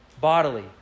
bodily